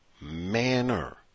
manner